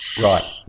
right